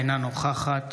אינה נוכחת